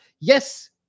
Yes